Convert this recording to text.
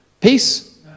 Peace